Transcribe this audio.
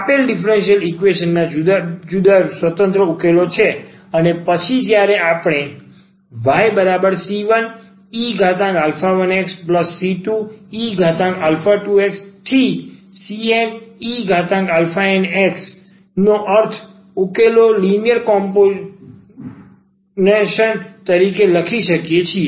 આપેલ differential equation નાં આ જુદાં જુદાં સ્વતંત્ર ઉકેલો છે અને પછી જ્યારે આપણેyc1e1xc2e2xcnenx નો અર્થ ઉકેલો લિનિયર કોમ્નોનેશન તરીકે લખીએ છીએ